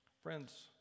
Friends